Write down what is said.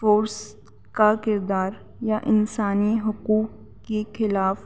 force کا کردار یا انسانی حقوق کی خلاف